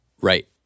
Right